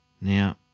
Now